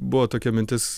buvo tokia mintis